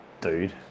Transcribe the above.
dude